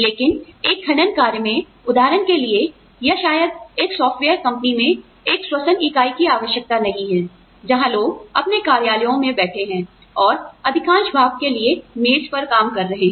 लेकिन एक खनन कार्य में उदाहरण के लिए या शायद एक सॉफ्टवेयर कंपनी में एक श्वसन इकाई की आवश्यकता नहीं है जहां लोग अपने कार्यालयों में बैठे हैं और अधिकांश भाग के लिए मेज का काम कर रहे हैं